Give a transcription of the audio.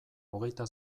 hogeita